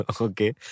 Okay